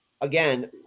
again